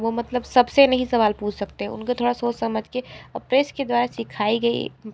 वो मतलब सबसे नहीं सवाल पूछ सकते उनको थोड़ा सोच समझ के प्रेस के द्वारा सिखाई गई